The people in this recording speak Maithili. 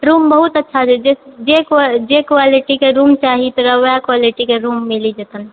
रूम बहुत अच्छा छै जे कुआ जे क्वालिटीके रूम चाही तेकरा ओएह क्वालिटीके रूम मिलि जेतैन